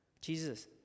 Jesus